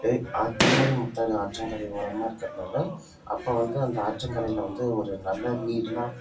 எ திருமறை முத்தாறு ஆற்றங்கரை ஓரமாக இருக்குறதுனால் அப்போ வந்து அந்த ஆற்றங்கரையில் வந்து ஒரு நல்ல நீரெலாம்